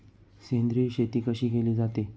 सेंद्रिय शेती कशी केली जाते?